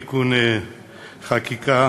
הצעת חוק ההתייעלות הכלכלית (תיקוני חקיקה